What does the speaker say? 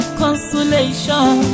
consolation